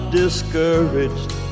discouraged